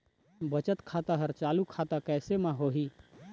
बचत खाता हर चालू खाता कैसे म होही?